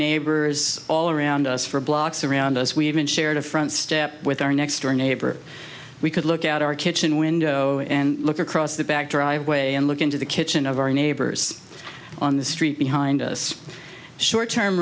neighbors all around us for blocks around us we even shared a front step with our next door neighbor we could look out our kitchen window and look across the back driveway and look into the kitchen of our neighbors on the street behind us short term